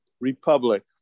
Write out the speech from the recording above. Republic